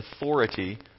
authority